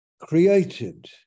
created